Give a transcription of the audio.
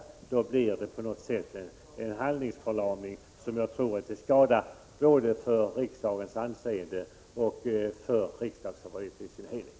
I så fall blir det en handlingsförlamning, som jag tror är till skada både för riksdagens anseende och för riksdagsarbetet i dess helhet.